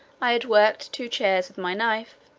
i had worked two chairs with my knife,